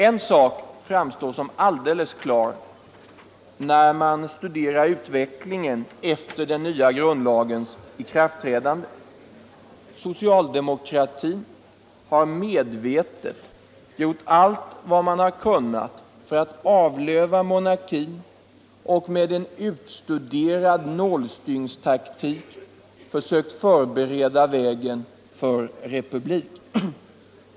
En sak framstår som alldeles klar när man studerar utvecklingen efter den nya grundlagens ikraftträdande. Socialdemokratin har medvetet gjort allt vad den kunnat för att ”avlöva” monarkin och med en utstuderad nålstyngstaktik försökt bereda vägen för republik.